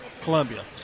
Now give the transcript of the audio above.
Columbia